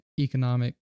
economic